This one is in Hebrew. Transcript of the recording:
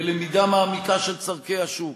בלמידה מעמיקה של צורכי השוק,